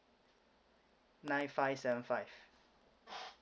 nine five seven five